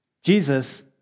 Jesus